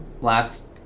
last